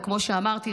וכמו שאמרתי,